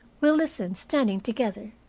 we listened, standing together.